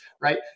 right